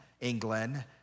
England